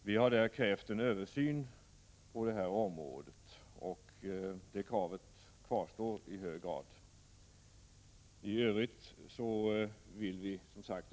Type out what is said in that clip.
Vi har krävt en översyn på detta område, och det kravet kvarstår i hög grad.